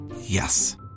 Yes